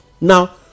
now